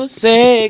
say